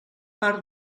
part